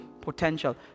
potential